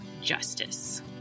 justice